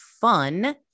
fun